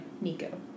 Nico